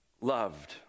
loved